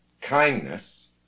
kindness